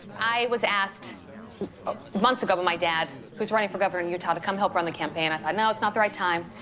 i was asked months ago by my dad, who's running for governor in utah, to come help run the campaign. i thought, no, it's not the right time.